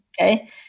Okay